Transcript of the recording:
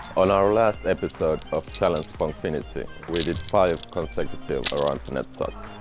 on our last episode of challenge pongfiity we did five consecutive around the net shots.